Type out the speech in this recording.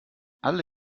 alle